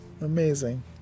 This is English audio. Amazing